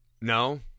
no